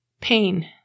pain